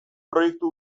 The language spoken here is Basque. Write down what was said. proiektu